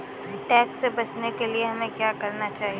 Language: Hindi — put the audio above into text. टैक्स से बचने के लिए हमें क्या करना चाहिए?